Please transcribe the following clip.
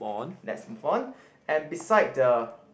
let's move on and beside